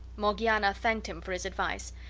morgiana thanked him for his advice,